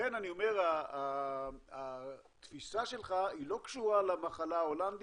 לכן התפיסה שלך היא לא קשורה למחלה ההולנדית.